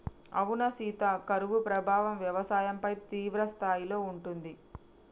అవునా సీత కరువు ప్రభావం వ్యవసాయంపై తీవ్రస్థాయిలో ఉంటుంది